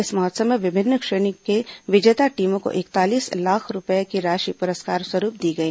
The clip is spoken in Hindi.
इस महोत्सव में विभिन्न श्रेणी के विजेता टीमों को इकतालीस लाख रूपये की राशि पुरस्कार स्वरूप दी गई